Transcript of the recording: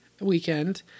weekend